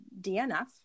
DNF